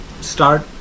start